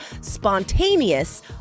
spontaneous